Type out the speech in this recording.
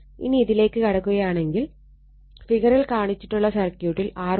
ഇനി ഇതിലേക്ക് കടക്കുകയാണെങ്കിൽ ഫിഗറിൽ കാണിച്ചിട്ടുള്ള സർക്യൂട്ടിൽ R1 0